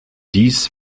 dies